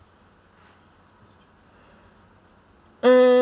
mm